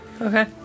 Okay